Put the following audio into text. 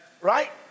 Right